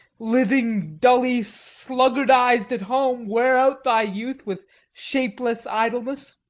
living dully sluggardiz'd at home, wear out thy youth with shapeless idleness.